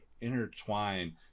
intertwine